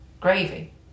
gravy